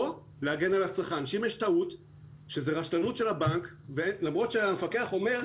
להגן על הצרכן כך שאם יש טעות וזאת רשלנות של הבנק למרות שהמפקח אומר,